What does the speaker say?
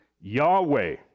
Yahweh